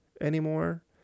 Anymore